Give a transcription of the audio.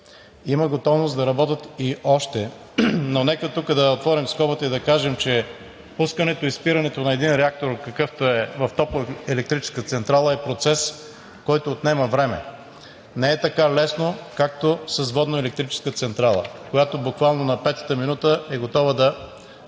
Има готовност да работят и още, но нека тук да отворим скобата и да кажем, че пускането и спирането на един реактор, какъвто е в топлоелектрическа централа, е процес, който отнема време. Не е така лесно, както с водноелектрическа централа, която буквално на петата минута е готова да